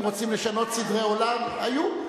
אם רוצים לשנות סדרי עולם, היו.